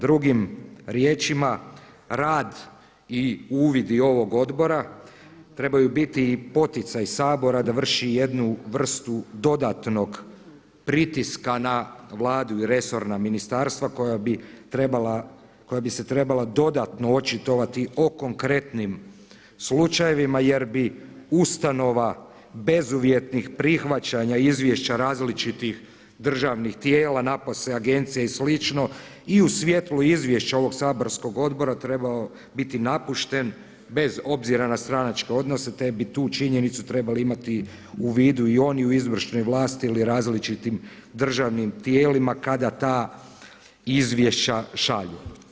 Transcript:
Drugim riječima, rad i uvid i ovog odbora trebaju biti poticaj Sabora da vrši jednu vrstu dodatnog pritiska na Vladu i resorna ministarstva koja bi se trebala dodatno očitovati o konkretnim slučajevima jer bi ustanova bezuvjetnih prihvaćanja izvješća različitih državnih tijela, napose agencija i slično i u svjetlu izvješća ovog saborskog odbora trebao biti napušten bez obzira na stranačke odnose, te bi tu činjenicu trebali imati u vidu i oni i u izvršnoj vlasti ili različitim državnim tijelima kada ta izvješća šalju.